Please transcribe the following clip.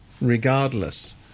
regardless